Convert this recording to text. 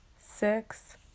six